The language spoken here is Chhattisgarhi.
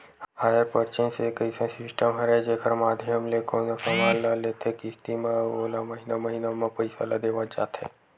हायर परचेंस एक अइसन सिस्टम हरय जेखर माधियम ले कोनो समान ल लेथे किस्ती म अउ ओला महिना महिना म पइसा ल देवत जाथे